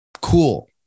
Cool